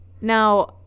Now